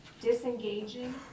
disengaging